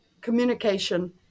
communication